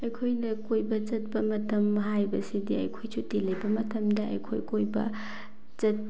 ꯑꯩꯈꯣꯏꯅ ꯀꯣꯏꯕ ꯆꯠꯄ ꯃꯇꯝ ꯍꯥꯏꯕꯁꯤꯗꯤ ꯑꯩꯈꯣꯏ ꯁꯨꯇꯤ ꯂꯩꯕ ꯃꯇꯝꯗ ꯑꯩꯈꯣꯏ ꯀꯣꯏꯕ